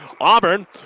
Auburn